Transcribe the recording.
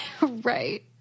Right